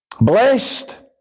Blessed